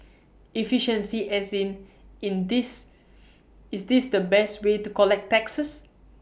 efficiency as in is this the best way to collect taxes